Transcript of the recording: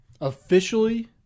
officially